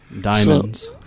Diamonds